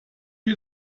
wir